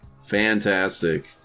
Fantastic